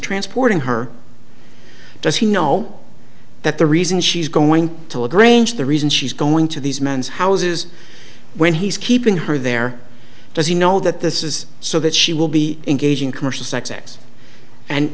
transporting her does he know that the reason she's going to le grange the reason she's going to these men's houses when he's keeping her there does he know that this is so that she will be engaging commercial sex acts and